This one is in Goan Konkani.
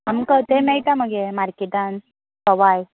आमकां अथंय मेळटा मगे मार्किटान सवाय